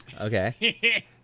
Okay